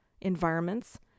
environments